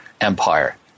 empire